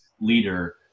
leader